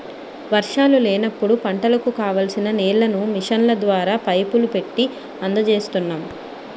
వర్షాలు లేనప్పుడు పంటలకు కావాల్సిన నీళ్ళను మిషన్ల ద్వారా, పైపులు పెట్టీ అందజేస్తున్నాం